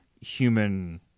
human